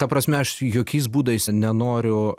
ta prasme aš jokiais būdais nenoriu